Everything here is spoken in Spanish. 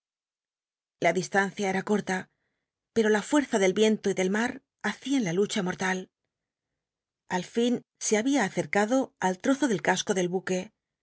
la distancia cl'a corta pero la fue a del l'ienlo ian la lucha mortal al fin se había acccado al trozo del casco del buque